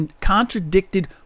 contradicted